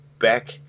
back